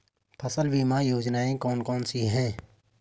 फसल बीमा योजनाएँ कौन कौनसी हैं?